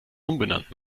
umbenannt